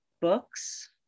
books